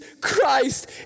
Christ